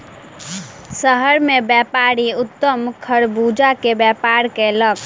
शहर मे व्यापारी उत्तम खरबूजा के व्यापार कयलक